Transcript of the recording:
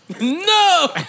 No